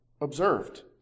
observed